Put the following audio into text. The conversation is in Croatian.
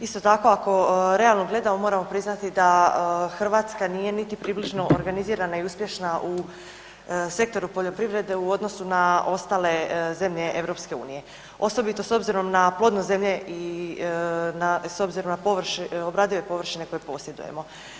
Isto tako ako realno gledamo moramo priznati da Hrvatska nije niti približno organizirana i uspješna u sektoru poljoprivredne u odnosu na ostale zemlje EU osobito s obzirom na plodnost zemlje i na, s obzirom na obradive površine koje posjedujemo.